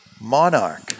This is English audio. Monarch